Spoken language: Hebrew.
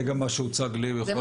זה גם מה שהוצג לי.